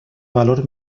valor